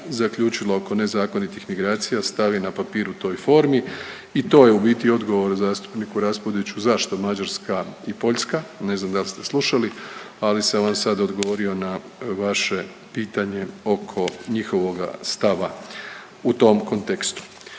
zaključila oko nezakonitih imigracija stavi na papir u toj formi i to je u biti odgovor zastupniku Raspudiću zašto Mađarska i Poljska, ne znam dal ste slušali, ali sam vam sad odgovorio na vaše pitanje oko njihovoga stava u tom kontekstu.